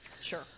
sure